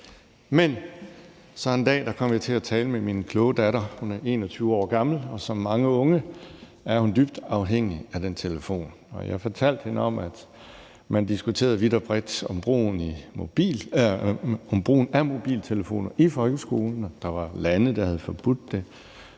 Men så en dag kom jeg til at tale med min kloge datter. Hun er 21 år gammel, og som mange unge er hun dybt afhængig af den telefon. Jeg fortalte hende om, at man diskuterede vidt og bredt om brugen af mobiltelefoner i folkeskolen, at der var lande, der havde forbudt det,